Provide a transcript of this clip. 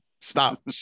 stop